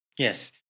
Yes